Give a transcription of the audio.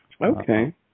Okay